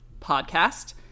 podcast